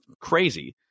crazy